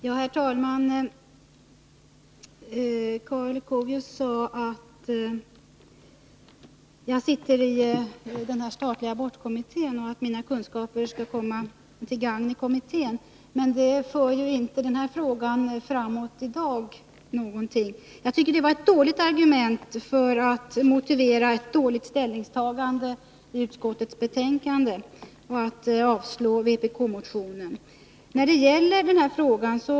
Herr talman! Karl Leuchovius sade att jag sitter i den statliga abortkommittén och att mina kunskaper skulle komma till gagn inom kommittén, men det för ju inte den här frågan framåt i dag. Jag tycker att det var ett dåligt argument för att motivera ett dåligt ställningstagande av utskottet att avslå vpk-motionen.